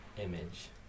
image